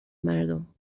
مردم